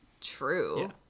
true